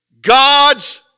God's